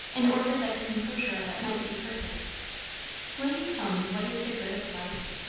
in order that the composure of it might be perfect will you tell me what is the good of life?